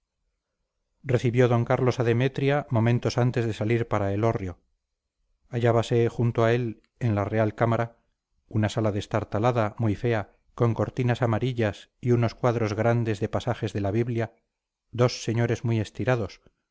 d carlos a demetria momentos antes de salir para elorrio hallábanse junto a él en la real cámara una sala destartalada muy fea con cortinas amarillas y unos cuadros grandes de pasajes de la biblia dos señores muy estirados